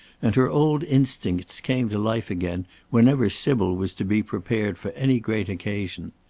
and her old instincts came to life again whenever sybil was to be prepared for any great occasion.